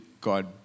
God